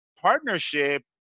partnership